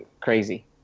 crazy